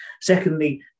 Secondly